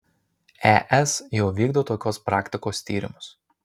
es jau vykdo tokios praktikos tyrimus